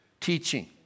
teaching